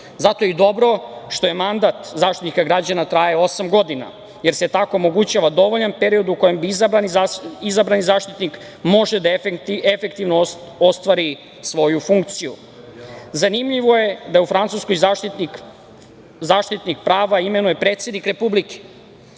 Zato je dobro što mandat Zaštitnika građana traje osam godina, jer se tako omogućava dovoljan period u kojem bi izabrani Zaštitnik građana mogao efektivno ostvariti svoju funkciju. Zanimljivo je da u Francuskoj Zaštitnika prava imenuje predsednik republike,